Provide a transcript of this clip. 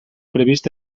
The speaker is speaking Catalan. previst